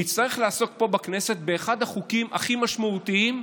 נצטרך לעסוק פה בכנסת באחד החוקים הכי משמעותיים,